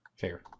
Fair